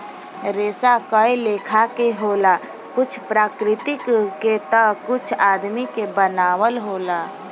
रेसा कए लेखा के होला कुछ प्राकृतिक के ता कुछ आदमी के बनावल होला